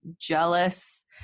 jealous